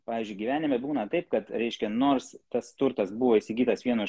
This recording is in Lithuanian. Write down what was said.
pavyzdžiui gyvenime būna taip kad reiškia nors tas turtas buvo įsigytas vien iš